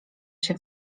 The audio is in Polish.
się